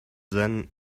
then